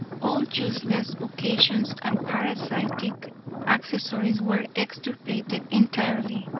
all useless vocations and parasitic accessories were extirpated entirely,